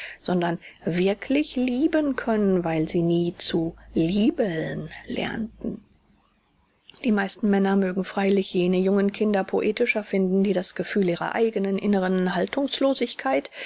sondern wirklich lieben können weil sie nie zu liebeln lernten die meisten männer mögen freilich jene jungen kinder poetischer finden die das gefühl ihrer eignen inneren